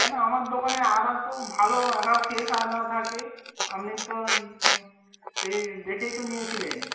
কেন আমার দোকানে আদা তো ভালো আদা ফ্রেস আদা থাকে আপনি তো সেই দেখেই তো নিয়েছিলেন